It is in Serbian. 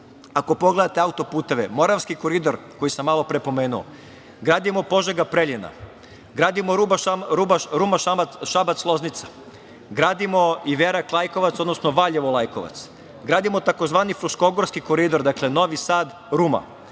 ako pogledate autoputeve, Moravski koridor koji sam malopre pomenuo, gradimo Požega – Preljina, gradimo Ruma – Šabac – Loznica, gradimo Iverak – Lajkovac, odnosno Valjevo – Lajkovac, gradimo tzv. Fruškogorski koridor, dakle, Novi Sad – Ruma,